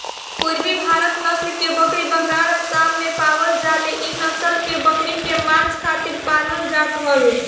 पुरबी भारत नसल के बकरी बंगाल, आसाम में पावल जाले इ नसल के बकरी के मांस खातिर पालल जात हवे